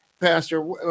Pastor